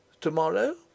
To-morrow